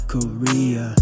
Korea